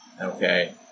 Okay